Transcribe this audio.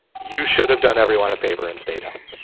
you should have done everyone a favor and stayed home